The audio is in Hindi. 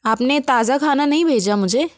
आपने ताज़ा खाना नहीं भेजा मुझे